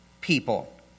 people